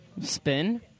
Spin